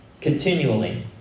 continually